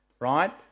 right